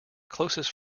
closest